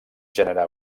gènere